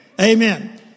Amen